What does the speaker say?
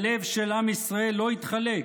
הלב של עם ישראל לא יתחלק,